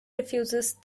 refuses